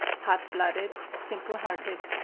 hot-blooded, simple-hearted,